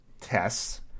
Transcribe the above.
tests